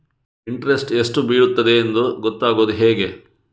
Interest ಎಷ್ಟು ಬೀಳ್ತದೆಯೆಂದು ಗೊತ್ತಾಗೂದು ಹೇಗೆ?